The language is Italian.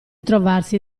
trovarsi